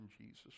Jesus